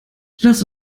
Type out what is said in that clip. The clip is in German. lass